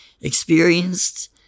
experienced